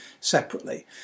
separately